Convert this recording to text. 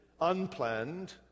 unplanned